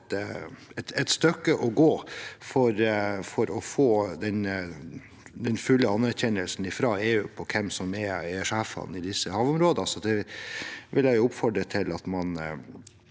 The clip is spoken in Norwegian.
et stykke å gå for å få den fulle anerkjennelsen fra EU på hvem som er sjefene i disse havområdene, så det vil jeg oppfordre til at man